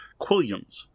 Quilliams